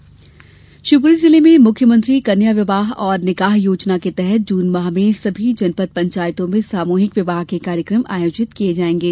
मुख्यमंत्री विवाह शिवपुरी जिले में मुख्यमंत्री कन्या विवाह और निकाह योजना के तहत जून माह में सभी जनपद पंचायतों में सामूहिक विवाह के कार्यक्रम आयोजित किये जायेंगे